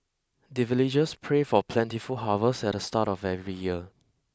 the villagers pray for plentiful harvest at the start of every year